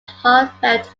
heartfelt